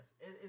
yes